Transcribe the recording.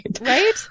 right